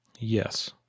yes